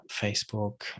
Facebook